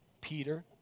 Peter